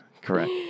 Correct